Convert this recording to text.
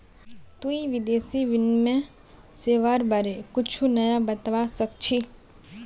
तुई विदेशी विनिमय सेवाआर बारे कुछु नया बतावा सक छी